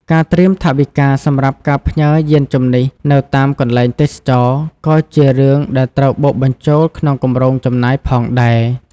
ការត្រៀមថវិកាសម្រាប់ការផ្ញើយានជំនិះនៅតាមកន្លែងទេសចរណ៍ ក៏ជារឿងដែលត្រូវបូកបញ្ចូលក្នុងគម្រោងចំណាយផងដែរ។